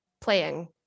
playing